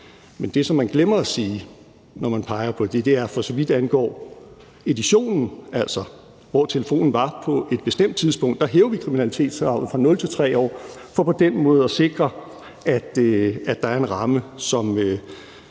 Men det, som man glemmer at sige, når man peger på det, er, at for så vidt angår editionen, altså, hvor telefonen var på et bestemt tidspunkt, hæver vi kriminalitetskravet fra 0 år til 3 år for på den måde at sikre, at der er en ramme, som